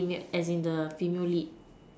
as in the female lead